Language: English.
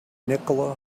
nikola